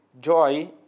joy